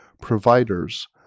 providers